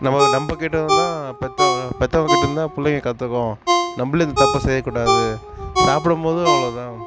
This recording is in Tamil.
நம்ம நம்ம கிட்டேருந்தான் பெற்றவங்க பெற்றவங்க கிட்டேருந்தான் பிள்ளைங்க கற்றுக்கும் நம்மளே இந்த தப்பை செய்யக்கூடாது சாப்பிடும்போதும் அவ்வளோதான்